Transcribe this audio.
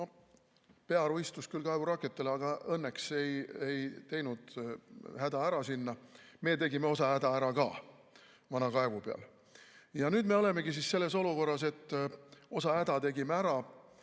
... Pearu istus küll kaevuraketele, aga õnneks ei teinud sinna häda ära. Meie tegime osa häda ära ka, vana kaevu peal. Ja nüüd me olemegi selles olukorras, et osa häda tegime ära,